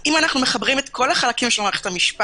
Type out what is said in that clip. אם אנו מחברים את כל החלקים של כל מערכת המשפט,